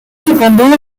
cependant